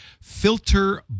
Filter